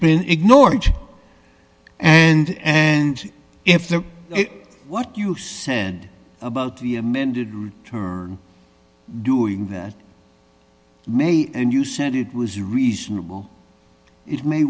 been ignored and and if the what you said about the amended return doing that may and you said it was reasonable it may